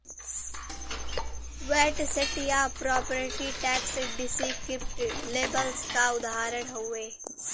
VAT set या property tax descriptive labels क उदाहरण हउवे